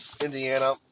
Indiana